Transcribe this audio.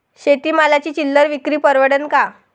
शेती मालाची चिल्लर विक्री परवडन का?